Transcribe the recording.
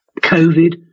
Covid